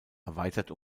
erweitert